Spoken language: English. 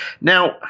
Now